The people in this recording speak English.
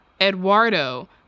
Eduardo